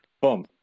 Boom